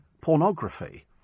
pornography